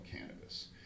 cannabis